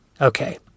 Okay